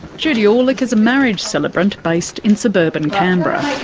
judy aulich is a marriage celebrant based in suburban canberra.